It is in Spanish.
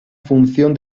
función